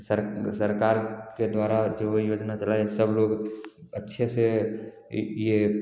sir सरकार के द्वारा जो योजना चलाए सब लोग अच्छे से यह